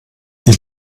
ich